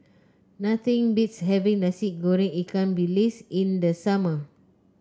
nothing beats having Nasi Goreng Ikan Bilis in the summer